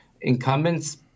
incumbents